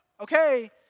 okay